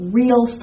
real